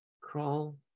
Crawl